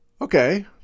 Okay